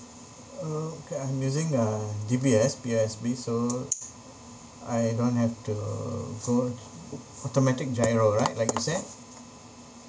uh okay I'm using uh D_B_S P_O_S_B so I don't have to go automatic GIRO right like you said